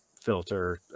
filter